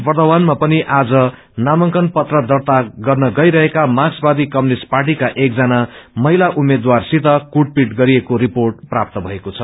वर्द्धवानमा पनि नामांकन पत्र दर्ता गर्न गइरहेका मार्क्सवादी कम्यूनिष्ट पार्टीका एकजना महिला उम्मेद्वारसित कुटपीट गरिएको रिपोर्ट प्राप्त भएको छ